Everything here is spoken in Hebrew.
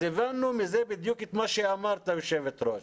אז הבנו מזה את מה שאמרה היושבת-ראש,